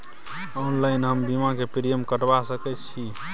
Online हम बीमा के प्रीमियम कटवा सके छिए?